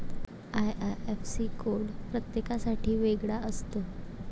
IIFC code प्रत्येकासाठी वेगळा असतो